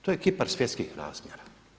To je kipar svjetskih razmjera.